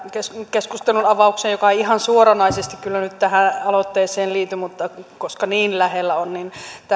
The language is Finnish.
keskustelunavaukseen joka ei ihan suoranaisesti kyllä nyt tähän aloitteeseen liity mutta lähellä on